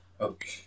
Okay